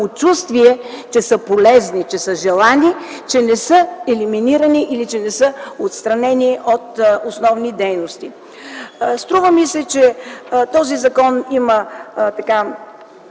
самочувствието, че са полезни, че са желани, че не са елиминирани или отстранени от основни дейности. Струва ми се, че в този закон има твърде